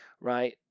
right